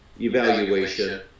evaluation